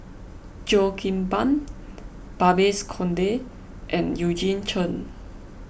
Cheo Kim Ban Babes Conde and Eugene Chen